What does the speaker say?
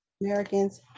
Americans